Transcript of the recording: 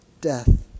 death